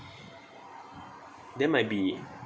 they might be